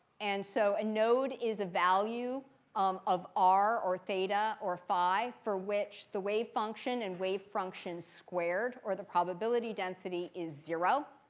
and so a node is a value um of r or theta or phi for which the wave function and wave function squared, or the probability density, is zero.